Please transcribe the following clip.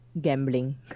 gambling